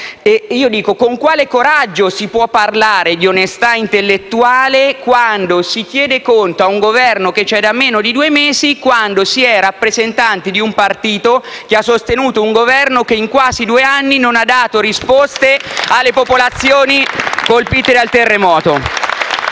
Con quale coraggio si può parlare di onestà intellettuale quando si chiede conto a un Governo che è in carica da meno di due mesi e si è rappresentanti di un partito che ha sostenuto un Esecutivo che in quasi due anni non ha dato risposte alle popolazioni colpite dal terremoto?